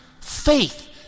faith